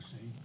see